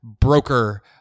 broker